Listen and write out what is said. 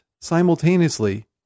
simultaneously